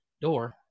door